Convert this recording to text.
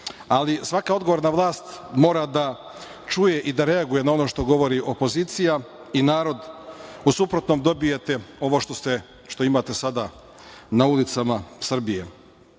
ali svaka odgovorna vlast mora da čuje i da reaguje na ono što govori opozicija i narod. U suprotnom, dobijete ovo što imate sada na ulicama Srbije.